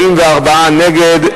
44 נגד,